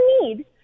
need